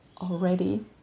already